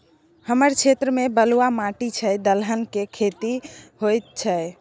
हमर क्षेत्र में बलुआ माटी छै, दलहन के खेती होतै कि?